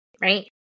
right